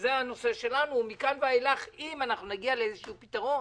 שזה הנושא שלנו, ומכאן ואילך אם נגיע לאיזה פתרון